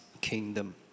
kingdom